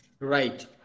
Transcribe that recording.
right